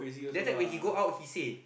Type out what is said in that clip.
later when he go out he say